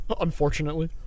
Unfortunately